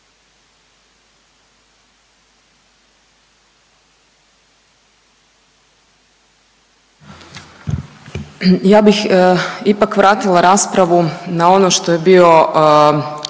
Ja bih ipak vratila raspravu na ono što je bio